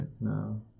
no